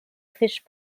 fish